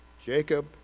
Jacob